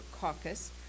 caucus